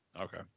Okay